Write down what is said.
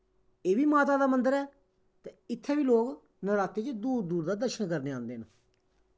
एह् बी माता दा मन्दर ऐ ते इत्थें बी लोग नरातें च दूर दूर दा दर्शन करन आंदे न